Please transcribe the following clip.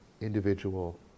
individual